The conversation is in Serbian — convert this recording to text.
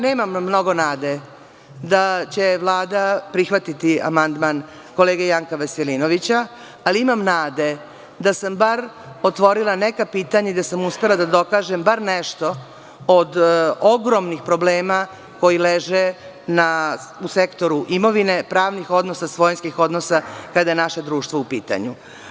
Nemam mnogo nade da će Vlada prihvatiti amandman kolege Janka Veselinovića, ali imam nade da sam bar otvorila neka pitanja i da sam uspela da dokažem bar nešto od ogromnih problema koji leže u sektoru imovine, pravnih odnosa, svojinskih odnosa, kada je naše društvo u pitanju.